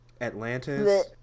Atlantis